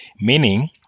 meaning